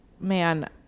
man